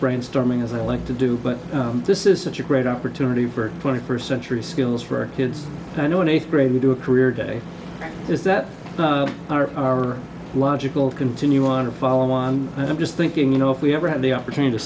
brainstorming as i like to do but this is such a great opportunity for twenty first century schools for kids i know in eighth grade to do a career day is that our are logical continue on and follow on i'm just thinking you know if we ever have the opportunity